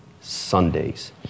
Sundays